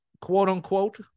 quote-unquote